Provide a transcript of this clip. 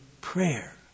prayer